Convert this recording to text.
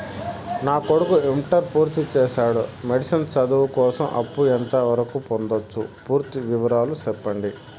నా కొడుకు ఇంటర్ పూర్తి చేసాడు, మెడిసిన్ చదువు కోసం అప్పు ఎంత వరకు పొందొచ్చు? పూర్తి వివరాలు సెప్పండీ?